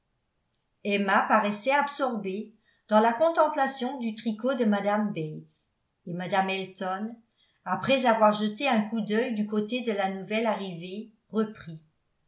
emma paraissait absorbée dans la contemplation du tricot de mme bates et mme elton après avoir jeté un coup d'œil du côté de la nouvelle arrivée reprit